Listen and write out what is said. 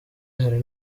hari